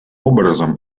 образом